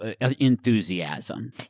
enthusiasm